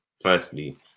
firstly